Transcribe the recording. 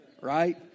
right